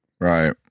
Right